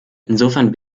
insofern